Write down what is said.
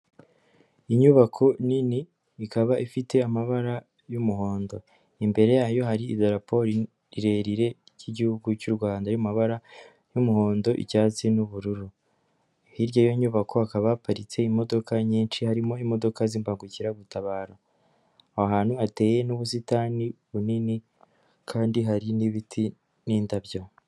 Inyubako nini ikaba ifite amabara y'umuhondo, imbere yayo hari idarapo rirerire ry'igihugu cy'u Rwanda riri mu mabara y'umuhondo, icyatsi n'ubururu. Hirya y'iyo nyubako hakaba haparitse imodoka nyinshi harimo imodoka z'imbangukiragutabara, ahantu hateye n'ubusitani bunini kandi hari n'ibiti n'indabyo.